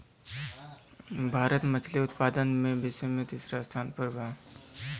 भारत मछली उतपादन में विश्व में तिसरा स्थान पर बा